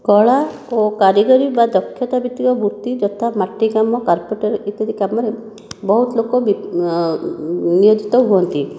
କଳା ଓ କାରିଗରୀ ବା ଦକ୍ଷତା ଭିତ୍ତିକ ବୃତ୍ତି ଯଥା ମାଟି କାମ କାରପେଣ୍ଟର ଇତ୍ୟାଦି କାମରେ ବହୁତ ଲୋକ ନିୟୋଜିତ ହୁଅନ୍ତି